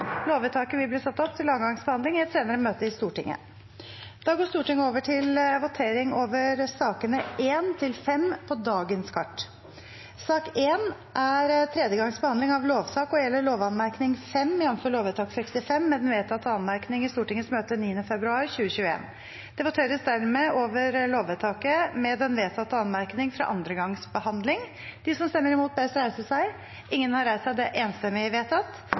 Lovvedtaket vil bli ført opp til andre gangs behandling i et senere møte i Stortinget. Stortinget går da til votering over sakene nr. 1–5 på dagens kart. Sak nr. 1 er tredje gangs behandling av lov og gjelder lovanmerkning 5, jf. lovvedtak 65 med den vedtatte anmerkning i Stortingets møte 9. februar 2021. Det voteres dermed over lovvedtaket med den vedtatte anmerkning fra andre gangs behandling. Stortingets lovvedtak er dermed bifalt ved tredje gangs behandling og blir å sende Kongen i overensstemmelse med Grunnloven. Under debatten er det